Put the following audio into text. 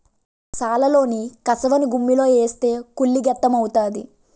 సాలలోన కసవను గుమ్మిలో ఏస్తే కుళ్ళి గెత్తెము అవుతాది